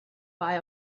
buy